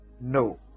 no